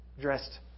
dressed